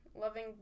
loving